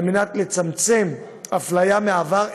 כדי לצמצם אפליה מהעבר,